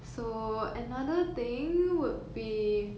so another thing would be